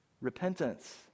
Repentance